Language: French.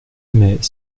mais